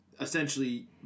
Essentially